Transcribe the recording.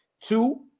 two